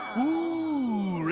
ooh.